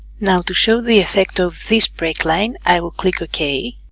now to show the effect of this break line, i will click ok